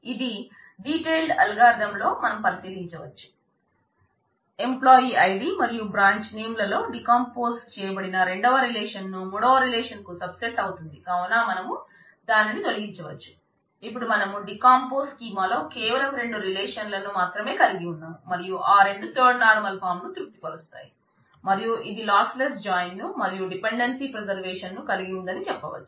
ఇది detailed algorithm కలిగి ఉందని చెప్పవచ్చు